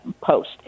post